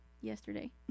yesterday